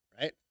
Right